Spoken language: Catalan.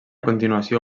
continuació